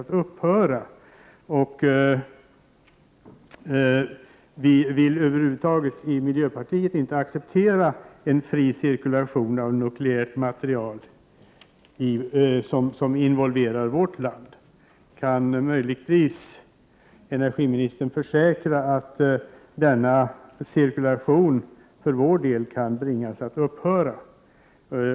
Vi inom miljöpartiet vill över huvud taget inte acceptera en fri cirkulation av nukleärt material där vår land är involverat. Kan möjligtvis energiministern försäkra att denna cirkulation för vår del bringas att upphöra?